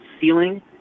ceiling